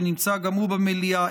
שנמצא גם הוא במליאה,